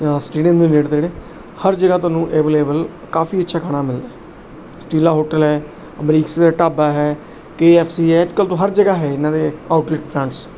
ਆ ਸਟੇਡੀਅਮ ਦੇ ਨੇੜੇ ਤੇੜੇ ਹਰ ਜਗ੍ਹਾ ਤੁਹਾਨੂੰ ਐਵਲੇਬਲ ਕਾਫ਼ੀ ਅੱਛਾ ਖਾਣਾ ਮਿਲਦਾ ਸਟੀਲਾ ਹੋਟਲ ਹੈ ਅਮਰੀਕ ਸਿੰਘ ਦਾ ਢਾਬਾ ਹੈ ਕੇ ਐਫ ਸੀ ਹੈ ਅੱਜ ਕੱਲ੍ਹ ਤਾਂ ਹਰ ਜਗ੍ਹਾ ਹੈ ਇਹਨਾਂ ਦੇ ਆਊਟਲੈਟ ਪਲਾਂਟਸ